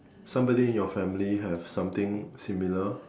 somebody in your family have something similar